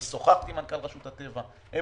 אני שוחחתי עם מנכ"ל רשות הטבע והגנים